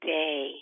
day